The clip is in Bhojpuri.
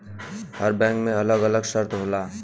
हर बैंक के अलग अलग शर्त होला